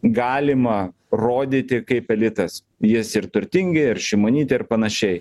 galima rodyti kaip elitas jis ir turtingi ir šimonytė ir panašiai